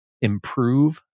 improve